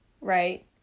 right